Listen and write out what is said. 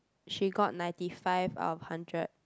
she got ninety five out of hundred